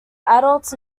adults